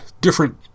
different